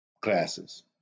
classes